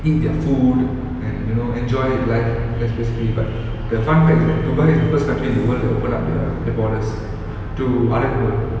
eat their food and you know enjoy life that's basically but the fun fact is that dubai is the first country in the world that open up the the borders to other people